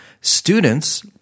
students